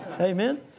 Amen